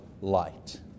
light